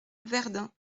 verdun